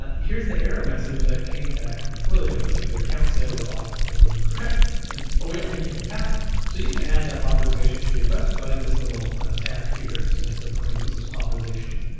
ah here's the error message that came back from twilio. it says your account sid, or auth token was incorrect, and oh yeah, we didn't even pass them. so you can add that authorization to your request by this little tab here. so next up param, and this is authorizations,